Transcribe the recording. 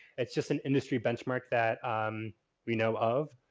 it's just an industry benchmark that we know of.